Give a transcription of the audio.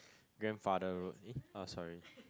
grandfather road eh uh sorry